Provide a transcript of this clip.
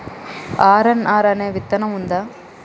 RNR అనే విత్తనం ఉందా?